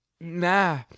Nah